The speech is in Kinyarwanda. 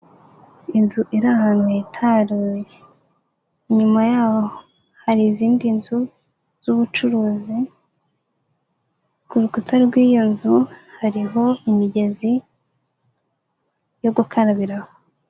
Inzu iri ahantu hitaruye. Inyuma yaho hari izindi nzu z'ubucuruzi, ku rukuta rw'iyo nzu hariho imigezi yo gukarabiraho.